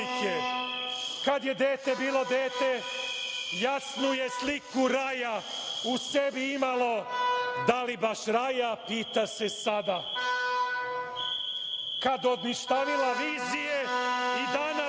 Kad je dete bilo dete, jasno je sliku raja u sebi imalo, da li baš raja - pita se sada. Kad bi stavila vizije i danas